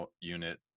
unit